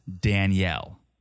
Danielle